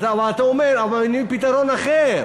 אבל אתה אומר: אבל אני מביא פתרון אחר.